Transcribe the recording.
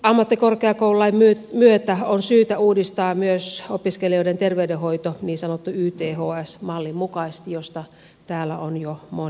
ammattikorkeakoululain myötä on syytä uudistaa myös opiskelijoiden terveydenhoito niin sanotun yths mallin mukaisesti josta täällä on jo moni puhunut